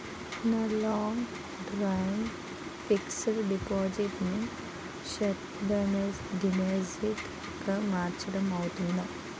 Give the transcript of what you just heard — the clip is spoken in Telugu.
నా లాంగ్ టర్మ్ ఫిక్సడ్ డిపాజిట్ ను షార్ట్ టర్మ్ డిపాజిట్ గా మార్చటం అవ్తుందా?